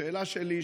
השאלה שלי היא,